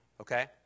okay